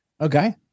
Okay